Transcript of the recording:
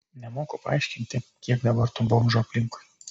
nemoku paaiškinti kiek dabar tų bomžų aplinkui